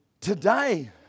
Today